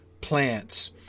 plants